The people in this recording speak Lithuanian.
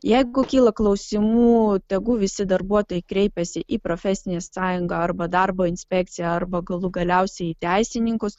jeigu kyla klausimų tegu visi darbuotojai kreipiasi į profesinę sąjungą arba darbo inspekciją arba galų galiausiai teisininkus